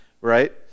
right